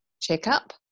checkup